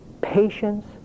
patience